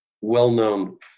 well-known